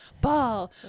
ball